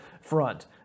front